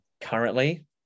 currently